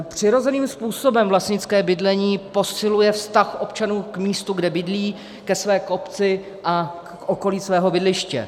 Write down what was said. Přirozeným způsobem vlastnické bydlení posiluje vztah občanů k místu, kde bydlí, ke své obci a k okolí svého bydliště.